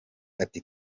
ati